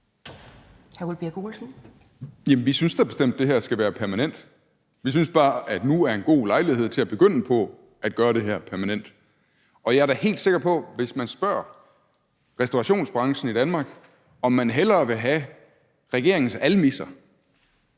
vi synes bestemt, at det her skal være permanent, og vi synes bare, at der nu er en god lejlighed til at begynde på at gøre det her permanent. Og jeg er da helt sikker på, at hvis man spørger restaurationsbranchen i Danmark, om man vil have regeringens almisser,